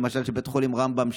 למשל של בית החולים רמב"ם,